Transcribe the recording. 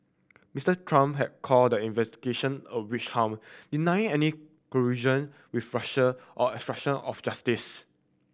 Mister Trump has called the investigation a witch hunt denying any collusion with Russia or obstruction of justice